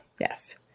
Yes